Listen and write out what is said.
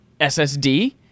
SSD